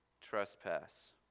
trespass